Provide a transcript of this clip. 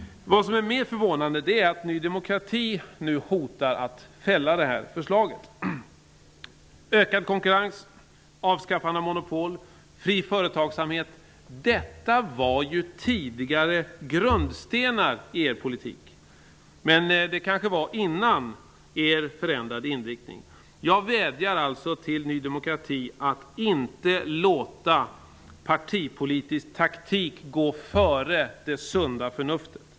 Vad som är mer förvånande är att Ny demokrati hotar att fälla förslaget. Ökad konkurrens, avskaffande av monopol, fri företagsamhet var tidigare grundstenar i Ny demokratis politik. Men det kanske var före er förändrade inriktning. Jag vädjar alltså till Ny demokrati att inte låta partipolitisk taktik gå före det sunda förnuftet.